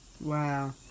Wow